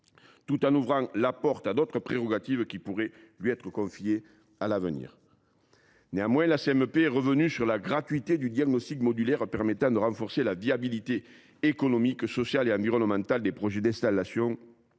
tout en ouvrant la porte à d’autres prérogatives qui pourraient lui être confiées à l’avenir. Néanmoins, la commission mixte paritaire est revenue sur la gratuité du diagnostic modulaire permettant de renforcer la viabilité économique, sociale et environnementale des projets d’installation